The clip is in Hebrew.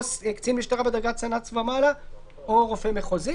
או קצין משטרה בדרגת סנ"צ ומעלה או רופא מחוזי.